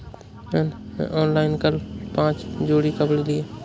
मैंने ऑनलाइन कल पांच जोड़ी कपड़े लिए